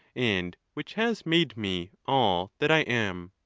and which has made me all that i am.